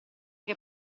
che